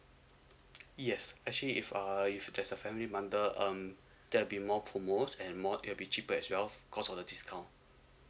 yes actually if uh if there's a family bundle um there'll be more promos and more it will be cheaper as well cause of the discount